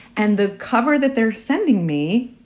and the cover that they're sending me.